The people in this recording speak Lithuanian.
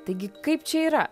taigi kaip čia yra